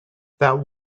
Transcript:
that